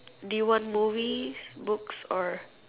do you want movies books or